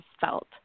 felt